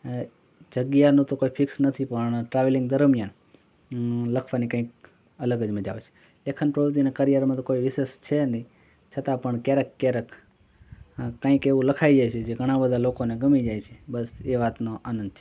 અં જગ્યાનું તો કોઈ ફિક્સ નથી પણ ટ્રાવેલિંગ દરમ્યાન અં લખવાની કંઇક અલગ જ મજા આવે છે લેખન પ્રવૃત્તિના કરિયરમાં તો કોઇ વિશેષ છે નહીં છતાં પણ ક્યારેક ક્યારેક કંઇક એવું લખાઈ જાય છે જે ઘણા બધા લોકોને ગમી જાય છે બસ એ વાતનો આનંદ છે